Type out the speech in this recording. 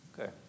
Okay